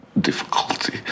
difficulty